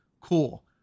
Cool